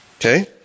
Okay